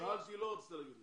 אני רוצה לדעת